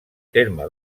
terme